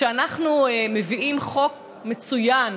אנחנו מביאים חוק מצוין,